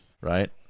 right